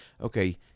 Okay